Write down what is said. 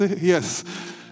Yes